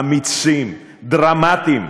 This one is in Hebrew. אמיצים, דרמטיים,